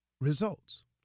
results